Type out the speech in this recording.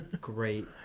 Great